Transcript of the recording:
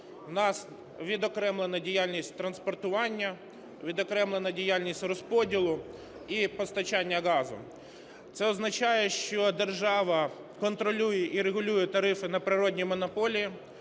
У нас відокремлено діяльність транспортування, відокремлено діяльність розподілу і постачання газу. Це означає, що держава контролює і регулює тарифи на природні монополії,